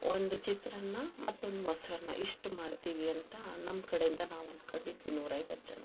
ಒಂದು ಚಿತ್ರಾನ್ನ ಮತ್ತೊಂದು ಮೊಸರನ್ನ ಇಷ್ಟು ಮಾಡ್ತೀವಿ ಅಂತ ನಮ್ಮ ಕಡೆಯಿಂದ ನಾವು ಅನ್ಕೊಂಡಿದ್ವಿ ನೂರೈವತ್ತು ಜನಕ್ಕೆ